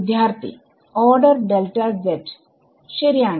വിദ്യാർത്ഥി order delta z ശരിയാണ്